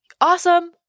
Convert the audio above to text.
awesome